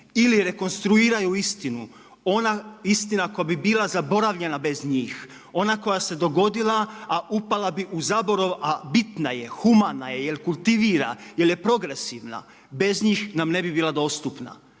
ili rekonstruiraju istinu, ona istina koja bi bila zaboravljena bez njih, ona koja se dogodila a upala bi u zaborav, a bitna je, humana je, jer kultivira, jer je progresivna. Bez njih nam ne bi bila dostupna.